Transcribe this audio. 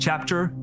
Chapter